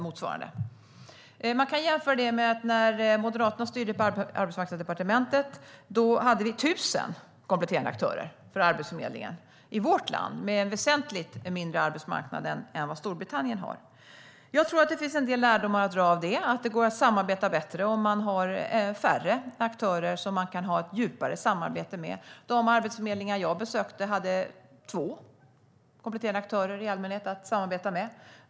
Man kan jämföra det med att när Moderaterna styrde Arbetsmarknadsdepartementet hade vi 1 000 kompletterande aktörer för Arbetsförmedlingen i vårt land, med en väsentligt mindre arbetsmarknad än vad Storbritannien har. Jag tror att det finns en del lärdomar att dra av detta. Det går att samarbeta bättre om man har färre aktörer som man kan ha ett djupare samarbete med. De arbetsförmedlingar jag besökte hade i allmänhet två kompletterande aktörer att samarbeta med.